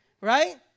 Right